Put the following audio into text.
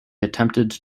attempted